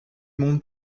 monde